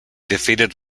defeated